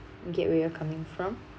I get where you're coming from